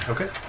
Okay